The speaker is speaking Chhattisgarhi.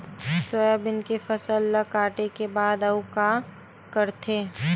सोयाबीन के फसल ल काटे के बाद आऊ का करथे?